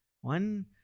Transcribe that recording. One